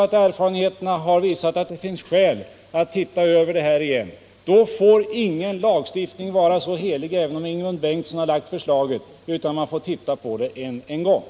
Om erfarenheterna visar att det finns skäl att ta upp denna fråga igen, får lagstiftningen inte vara så helig - även om Ingemund Bengtsson var den som lade fram förslaget till den — att man inte kan göra en översyn.